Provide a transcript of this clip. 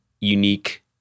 unique